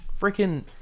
freaking